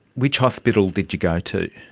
which hospital did you go to?